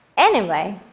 anyway,